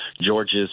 George's